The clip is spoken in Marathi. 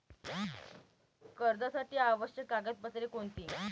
कर्जासाठी आवश्यक कागदपत्रे कोणती?